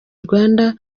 rwanda